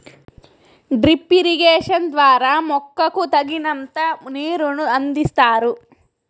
drip irrigation ద్వారా మొక్కకు తగినంత నీరును అందిస్తారు